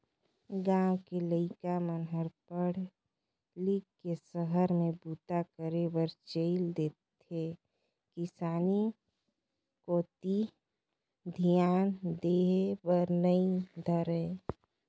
गाँव के लइका मन हर पढ़ लिख के सहर में बूता करे बर चइल देथे किसानी कोती धियान देय बर नइ धरय